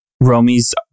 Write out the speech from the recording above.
Romy's